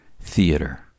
theater